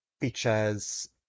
features